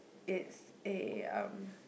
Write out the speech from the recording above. it's a um